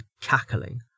cackling